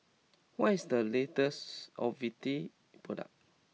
what is the latest O V T product